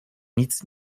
nic